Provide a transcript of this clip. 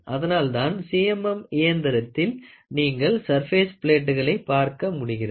அதனால்தான் CMM இயந்திரத்தில் நீங்கள் சர்பேஸ் பிளேட்டுகளை பார்க்க முடிகிறது